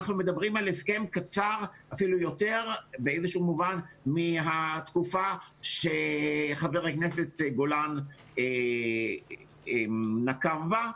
אנחנו מדברים על הסכם קצר אפילו יותר מהתקופה שחבר הכנסת גולן נקב בה.